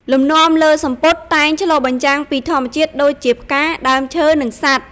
លំនាំលើសំពត់តែងឆ្លុះបញ្ចាំងពីធម្មជាតិដូចជាផ្កា ដើមឈើ និងសត្វ។